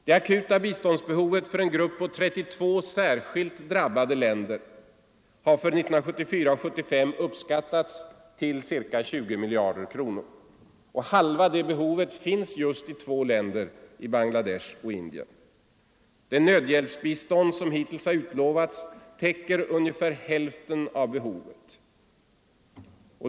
Det akuta biståndsbehovet för en grupp på 32 särskilt drabbade u-länder har för 1974 och 1975 uppskattats till ca 20 miljarder kronor. Halva detta behov finns i två länder, i Bangladesh och i Indien. Det nödhjälpsbistånd som hittills utlovats täcker ungefär hälften av behovet.